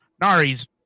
Nari's